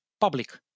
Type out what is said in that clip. public